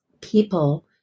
people